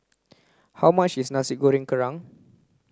how much is nasi goreng kerang